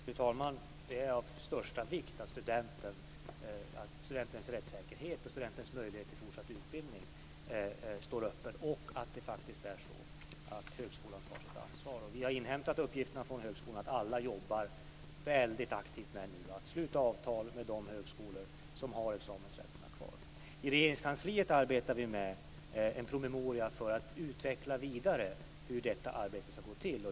Fru talman! Det är av största vikt att studentens rättssäkerhet och möjlighet till fortsatt utbildning står öppen, och att högskolan tar sitt ansvar. Vi har inhämtat uppgifterna från högskolan att alla jobbar aktivt med att sluta avtal med de högskolor som har examensrätterna kvar. I Regeringskansliet arbetar vi med en promemoria för att utveckla vidare hur detta arbete ska gå till.